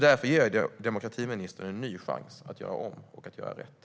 Därför ger jag demokratiministern en ny chans att göra om och att göra rätt.